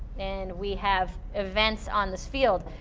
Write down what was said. and we have events on this field.